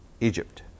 Egypt